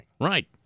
Right